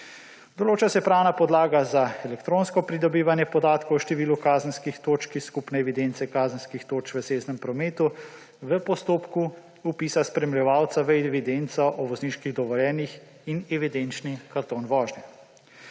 Določa se pravna podlaga za elektronsko pridobivanje podatkov o številu kazenskih točk iz skupne evidence kazenskih točk v cestnem prometu v postopku vpisa spremljevalca v evidenco o vozniških dovoljenjih in evidenčni karton vožnje.